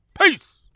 Peace